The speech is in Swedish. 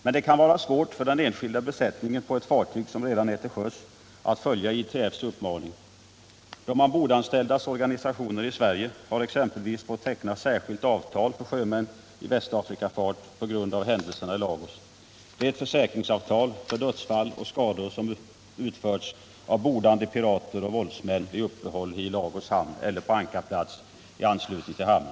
Men det kan vara svårt för den enskilda besättningen på ett fartyg som redan är till sjöss att följa ITF:s uppmaning. De ombordanställdas organisationer i Sverige har exempelvis fått teckna särskilt avtal för sjömän i Västafrikafart på grund av händelser i Lagos. Det är ett försäkringsavtal för dödsfall och skador som vållats av bordande pirater och våldsmän vid uppehåll i Lagos hamn eller på ankarplats i anslutning till hamnen.